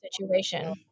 situation